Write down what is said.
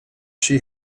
she